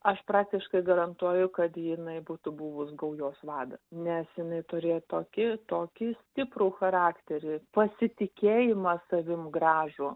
aš praktiškai garantuoju kad jinai būtų buvus gaujos vadas nes jinai turėjo tokį tokį stiprų charakterį pasitikėjimą savim gražų